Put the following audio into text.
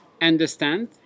understand